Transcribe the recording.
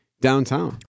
downtown